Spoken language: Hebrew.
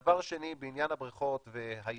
דבר שני, בעניין הבריכות והים,